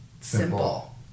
simple